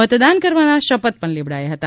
મતદાન કરવાના શપથ પણ લેવડાવ્યા હતા